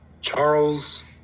Charles